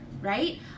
right